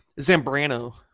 Zambrano